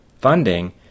funding